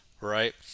right